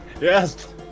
Yes